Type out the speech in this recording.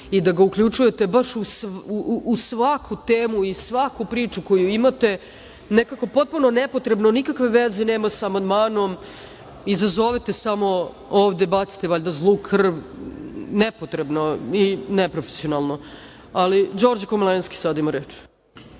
i da ga uključujete baš u svaku temu i svaku priču koju imate, nekako potpuno nepotrebno, nikakve veze nema sa amandmanom, izazovete samo, ovde bacite valjda zlu krv nepotrebno i neprofesionalno. Đorđe Komlenski sada ima reč.